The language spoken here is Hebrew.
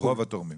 רוב התורמים.